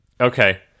Okay